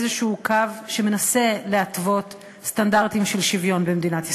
איזשהו קו שמנסה להתוות סטנדרטים של שוויון במדינת ישראל,